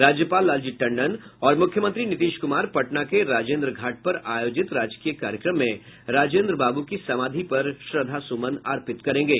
राज्यपाल लालजी टंडन और मुख्यमंत्री नीतीश कुमार पटना के राजेंद्र घाट पर आयोजित राजकीय कार्यक्रम में राजेंद्र बाबू की समाधि पर श्रद्धासूमन अर्पित करेंगे